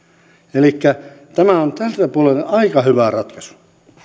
elikkä tämä on tältä puolen aika hyvä ratkaisu